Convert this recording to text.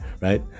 Right